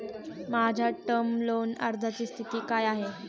माझ्या term loan अर्जाची स्थिती काय आहे?